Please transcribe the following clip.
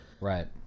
Right